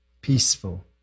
peaceful